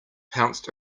pounced